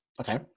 Okay